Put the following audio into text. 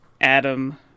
Adam